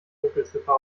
dunkelziffer